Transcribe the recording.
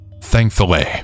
Thankfully